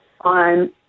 on